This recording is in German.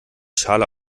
schale